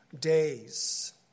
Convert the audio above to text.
days